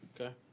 Okay